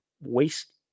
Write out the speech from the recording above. waste